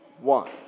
one